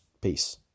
Peace